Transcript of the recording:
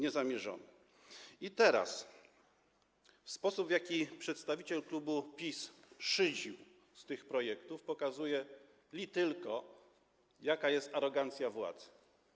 I teraz: sposób, w jaki przedstawiciel klubu PiS szydził z tych projektów, pokazuje li tylko, jaka jest arogancja władzy.